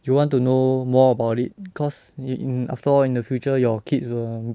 you want to know more about it cause you in after all in the future your kids will